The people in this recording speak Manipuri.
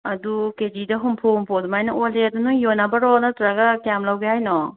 ꯑꯗꯨ ꯀꯦꯖꯤꯗ ꯍꯝꯐꯨ ꯍꯨꯝꯐꯨ ꯑꯗꯨꯃꯥꯏꯅ ꯑꯣꯟꯂꯦ ꯑꯗꯨ ꯅꯣꯏ ꯌꯣꯟꯅꯕꯔꯣ ꯅꯠꯇꯔꯒ ꯀꯌꯥꯝ ꯂꯧꯒꯦ ꯍꯥꯏꯅꯣ